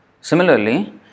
Similarly